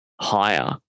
higher